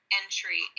entry